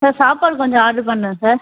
sir சாப்பாடு கொஞ்சம் order பண்ணும் சார்